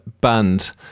band